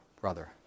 brother